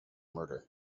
murder